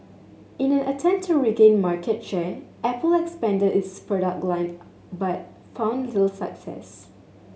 in an attempt to regain market share Apple expanded its product line but found little success